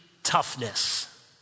Toughness